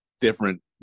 different